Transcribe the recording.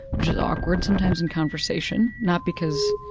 which is awkward sometimes in conversation, not because